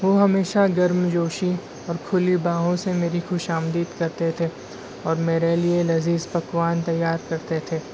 وہ ہمیشہ گرم جوشی اور کھلی بانہوں سے میری خوش آمدید کرتے تھے اور میرے لیے لذیذ پکوان تیار کرتے تھے